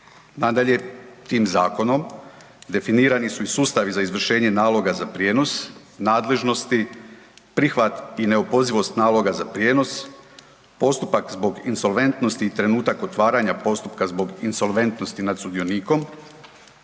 Nadalje, tim zakonom definirani su i sustavi za izvršenje naloga za prijenos, nadležnosti, prihvat i neopozivost naloga za prijenos, postupak zbog insolventnosti i trenutak otvaranja postupka zbog insolventnosti nad sudionikom,